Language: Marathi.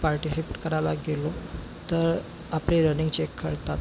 पार्टिसिपेट करायला गेलो तर आपली रनिंग चेक करतात